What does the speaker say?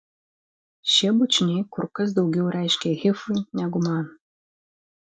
šie bučiniai kur kas daugiau reiškė hifui negu man